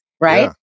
right